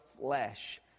flesh